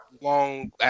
long